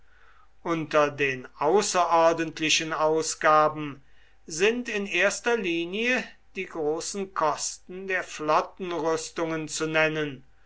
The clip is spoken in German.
unter den außerordentlichen ausgaben sind in erster linie die großen kosten der flottenrüstungen zu nennen